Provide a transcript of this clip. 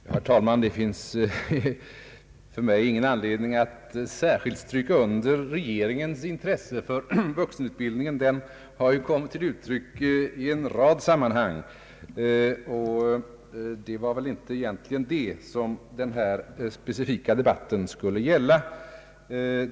Herr talman! Det finns för mig ingen anledning att särskilt understryka regeringens intresse för vuxenutbildningen; detta intresse har kommit till uttryck i en rad sammanhang. Det var väl egentligen inte det som denna specifika debatt skulle gälla.